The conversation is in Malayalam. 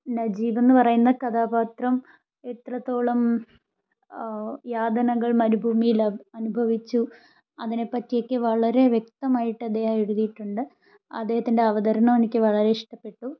നജീബ് എന്ന് പറയുന്ന കഥാപാത്രം എത്രത്തോളം യാതനകൾ മരുഭൂമിയിൽ അനുഭവിച്ചു അതിനെപ്പറ്റിയൊക്കെ വളരെ വ്യക്തമായിട്ട് അദ്ദേഹം എഴുതിയിട്ടുണ്ട് അദ്ദേഹത്തിൻ്റെ അവതരണമെനിക്ക് വളരെ ഇഷ്ടപ്പെട്ടു